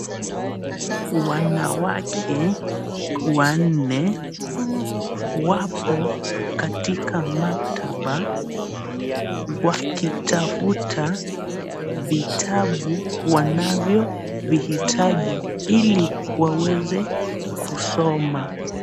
Wanawake wanne wapo katika maktaba wakitafuta vitabu wanavyovihitaji ili waweze kusoma.